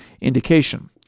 indication